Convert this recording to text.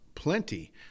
Plenty